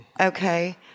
okay